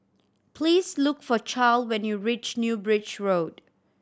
please look for Charle when you reach New Bridge Road